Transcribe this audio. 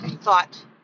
thought